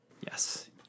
Yes